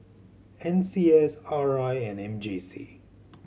N C S R I and M J C